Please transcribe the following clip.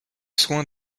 soins